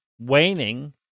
waning